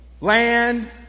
Land